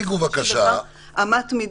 אני אמשיך לגבי החקירות האפידמיולוגיות.